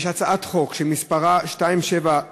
יש הצעת חוק שמספרה פ/2793,